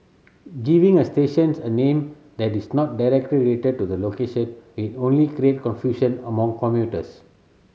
giving a stations a name that is not directly related to the location will only create confusion among commuters